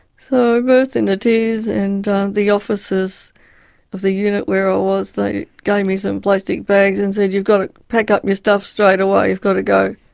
so i burst into tears and the officers of the unit where i was, they gave me some plastic bags and said, you've got to pack up your stuff straight away. you've got to go.